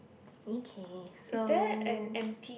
okay so